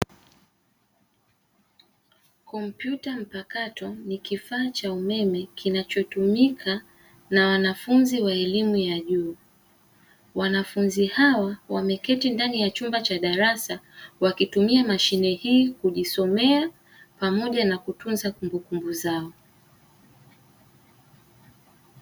Kompyuta mpakato ni kifaa cha umeme kinachotumika na wanafunzi wa elimu ya juu. Wanafunzi hawa weketi ndani ya chumba cha darasa, wanatumia mashine hii kujisomea pamoja na kutumza kumbukumbu zao.